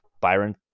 Byron